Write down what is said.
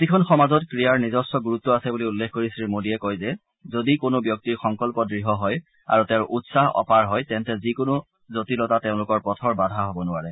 প্ৰতিখন সমাজত ক্ৰীড়াৰ নিজস্ব গুৰুত্ব আছে বুলি উল্লেখ কৰি শ্ৰীমোদীয়ে কয় যে আজি কোনো ব্যক্তিৰ সংকল্প দৃঢ় হয় আৰু তেওঁৰ উৎসাহ অপাৰ হয় তেন্তে যিকোনো জটিলতা তেওঁলোকৰ পথৰ বাধা হব নোৱাৰে